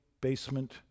basement